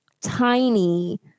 tiny